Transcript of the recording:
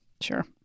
Sure